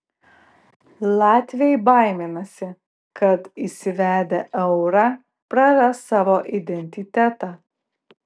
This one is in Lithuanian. latviai baiminasi kad įsivedę eurą praras savo identitetą